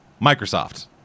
Microsoft